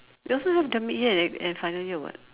they also have the mid year and and final year [what]